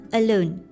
alone